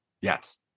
Yes